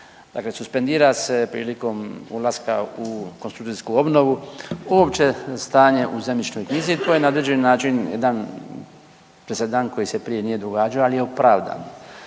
Dakle, suspendira se prilikom ulaska u konstrukcijsku obnovu, uopće stanje u zemljišnoj knjizi, koje je na određeni način jedan presedan koji se prije nije događao, ali je opravdan.